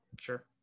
Sure